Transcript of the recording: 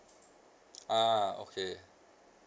ah okay